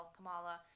Kamala